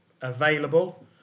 available